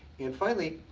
and finally,